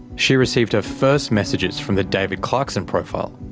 she received her first messages from the david clarkson profile.